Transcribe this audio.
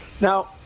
Now